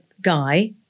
guy